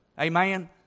Amen